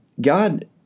God